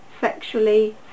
sexually